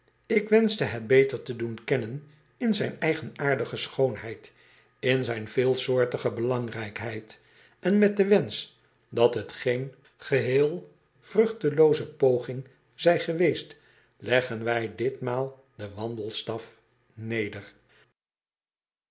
k wenschte het beter te doen kennen in zijn eigenaardige schoonheid in zijn veelsoortige belangrijkheid en met den wensch dat het geen geheel vruchtelooze poging zij geweest leggen wij ditmaal den wandelstaf neder